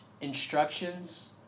instructions